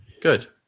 Good